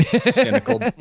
Cynical